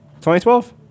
2012